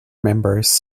members